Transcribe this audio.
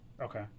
Okay